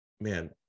man